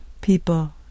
people